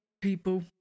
People